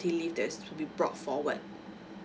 leave that's to be brought forward